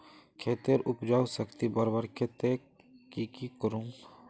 खेतेर उपजाऊ शक्ति बढ़वार केते की की करूम?